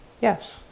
Yes